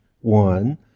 one